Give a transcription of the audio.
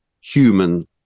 human